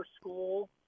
school